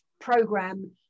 Program